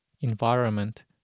environment